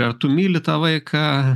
ar tu myli tą vaiką